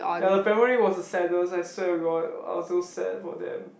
ya the family was the saddest I swear to god I was so sad for them